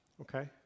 Okay